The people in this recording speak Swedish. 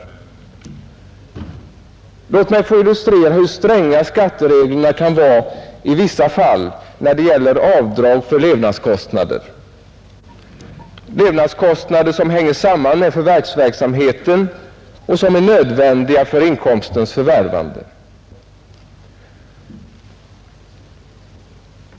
Låt mig få illustrera hur stränga skattereglerna kan vara i vissa fall när det gäller avdrag för levnadskostnader, som hänger samman med förvärvsverksamheten och som är nödvändiga för inkomstens förvärvande.